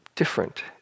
Different